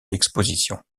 l’exposition